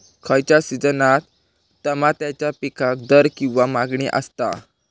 खयच्या सिजनात तमात्याच्या पीकाक दर किंवा मागणी आसता?